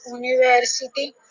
university